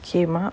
came up